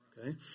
okay